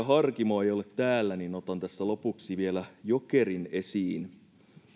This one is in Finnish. harkimo ei ole täällä niin otan tässä lopuksi vielä jokerin esiin